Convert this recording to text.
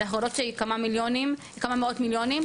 אנחנו יודעות שהיא כמה מאות מיליונים,